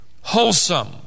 wholesome